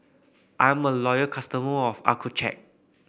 I'm a loyal customer of Accucheck